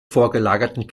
vorgelagerten